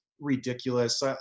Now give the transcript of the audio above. ridiculous